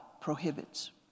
prohibits